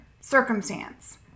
circumstance